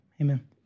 amen